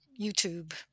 YouTube